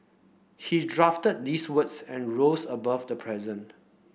he drafted these words and rose above the present